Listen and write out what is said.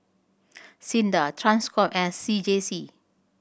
SINDA Transcom and C J C